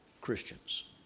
Christians